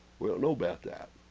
well know about that